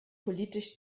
politisch